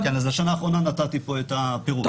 כן, לשנה האחרונה נתתי פה את הפירוט.